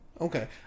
Okay